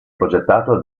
progettato